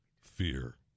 fear